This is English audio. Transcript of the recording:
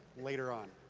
later on?